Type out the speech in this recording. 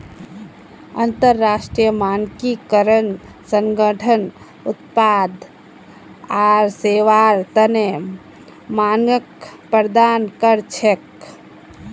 अंतरराष्ट्रीय मानकीकरण संगठन उत्पाद आर सेवार तने मानक प्रदान कर छेक